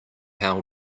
how